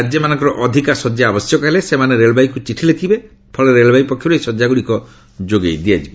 ରାଜ୍ୟମାନଙ୍କର ଅଧିକା ଶଯ୍ୟା ଆବଶ୍ୟକ ହେଲେ ସେମାନେ ରେଳବାଇକୁ ଚିଠି ଲେଖିବେ ଫଳରେ ରେଳବାଇ ପକ୍ଷରୁ ଏହି ଶନ୍ୟାଗୁଡ଼ିକ ଯୋଗାଇ ଦିଆଯିବ